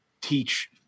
teach